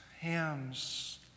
Ham's